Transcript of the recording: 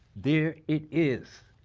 there it is.